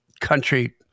country